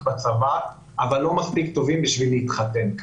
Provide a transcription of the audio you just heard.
בצבא אבל לא מספיק טובים בשביל להתחתן.